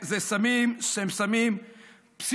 אלה סמים שהם סמים פסיכו-אקטיביים,